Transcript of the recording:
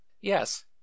Yes